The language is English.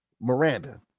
Miranda